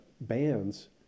bands